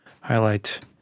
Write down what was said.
highlight